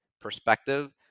perspective